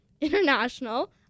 International